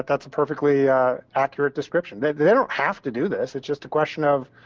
that's a perfectly accurate description. they don't have to do this. it's just a question of